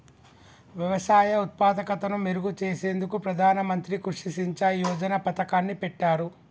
వ్యవసాయ ఉత్పాదకతను మెరుగు చేసేందుకు ప్రధాన మంత్రి కృషి సించాయ్ యోజన పతకాన్ని పెట్టారు